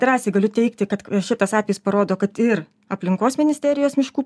drąsiai galiu teigti kad šitas atvejis parodo kad ir aplinkos ministerijos miškų